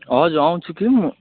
हजुर आउँछु कि म